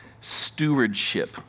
Stewardship